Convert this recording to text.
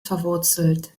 verwurzelt